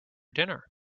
dinner